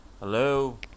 hello